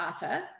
data